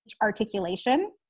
articulation